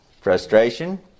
Frustration